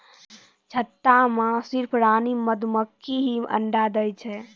छत्ता मॅ सिर्फ रानी मधुमक्खी हीं अंडा दै छै